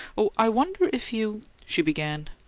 oh, i wonder if you she began.